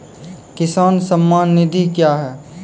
किसान सम्मान निधि क्या हैं?